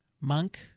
Monk